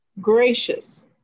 gracious